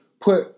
put